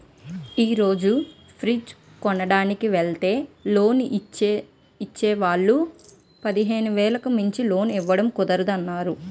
ఈ రోజు ఫ్రిడ్జ్ కొనడానికి వెల్తే లోన్ ఇచ్చే వాళ్ళు పదిహేను వేలు మించి లోన్ ఇవ్వడం కుదరదని అన్నారు